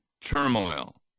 turmoil